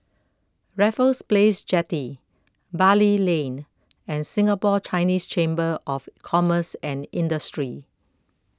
Raffles Place Jetty Bali Lane and Singapore Chinese Chamber of Commerce and Industry